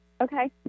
Okay